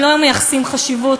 הם לא מייחסים חשיבות,